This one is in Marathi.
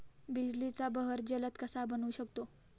बिजलीचा बहर जलद कसा बनवू शकतो?